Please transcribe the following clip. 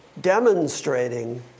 demonstrating